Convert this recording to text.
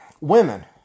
women